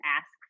ask